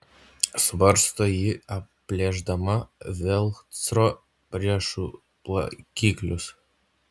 svarsto ji atplėšdama velcro riešų laikiklius